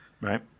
Right